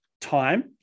time